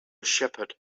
shepherd